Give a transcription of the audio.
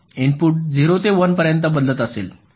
input 0 ते 1 पर्यंत बदलत आहेत